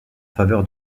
faveur